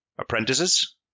apprentices